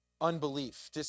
unbelief